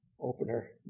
opener